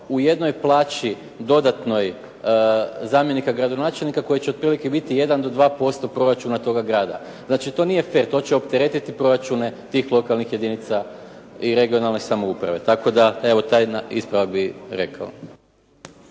u jednoj plaći dodatnoj zamjenika gradonačelnika koji će otprilike biti jedan do dva posto proračuna toga grada. Znači to nije fer. To će opteretiti proračune tih lokalnih jedinica i regionalne samouprave. Tako da evo taj ispravak bih rekao.